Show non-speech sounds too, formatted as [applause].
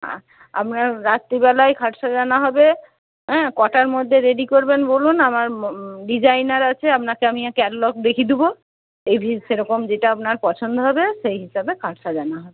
আর আপনার রাত্রিবেলায় খাট সাজানো হবে হ্যাঁ কটার মধ্যে রেডি করবেন বলুন আমার ডিজাইনার আছে আপনাকে আমি ক্যাটালগ দেখিয়ে দেব [unintelligible] সেরকম যেটা আপনার পছন্দ হবে সেই হিসাবে খাট সাজানো হবে